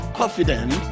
confident